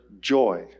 joy